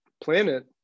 planet